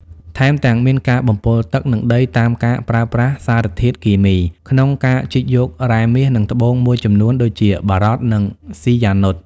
ថែមទាំងមានការបំពុលទឹក និងដីតាមការប្រើប្រាស់សារធាតុគីមី ក្នុងការជីកយករ៉ែមាស និងត្បូងមួយចំនួនដូចជា បារត និង ស៊ីយ៉ានុត។